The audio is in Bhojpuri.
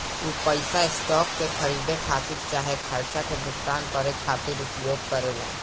उ पइसा स्टॉक के खरीदे खातिर चाहे खर्चा के भुगतान करे खातिर उपयोग करेला